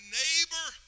neighbor